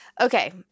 Okay